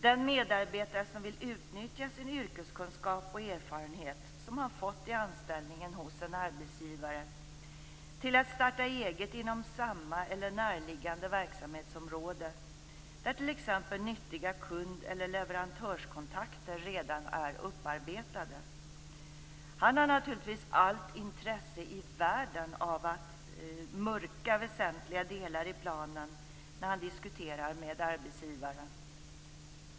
Den medarbetare som vill utnyttja sin yrkeskunskap och erfarenhet som han fått i anställningen hos en arbetsgivare till att starta eget inom samma eller närliggande verksamhetsområde, där t.ex. nyttiga kund eller leverantörskontakter redan är upparbetade, har naturligtvis allt intresse i världen av att "mörka" väsentliga delar i planen när han diskuterar med arbetsgivaren.